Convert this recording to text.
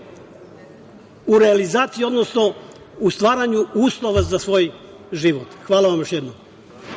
u realizaciji, odnosno u stvaranju uslova za svoj život. Hvala vam još jednom.